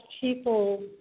people